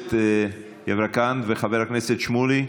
הכנסת יברקן וחבר הכנסת שמולי,